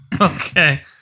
Okay